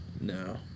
No